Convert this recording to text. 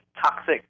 toxic